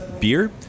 beer